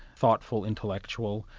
thoughtful intellectual,